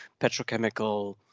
petrochemical